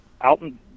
Alton